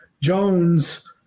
Jones –